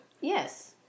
Yes